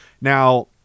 Now